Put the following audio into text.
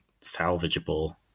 salvageable